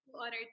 Honored